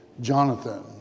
Jonathan